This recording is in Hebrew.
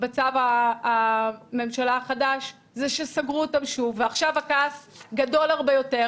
בצו הממשלה החדש זה שסגרו אותם שוב ועכשיו הכעס גדול הרבה יותר,